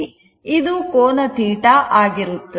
ಇದು ಕೋನ θ ಆಗಿರುತ್ತದೆ